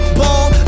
ball